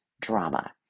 drama